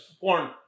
porn